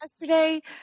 yesterday